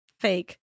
Fake